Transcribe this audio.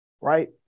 right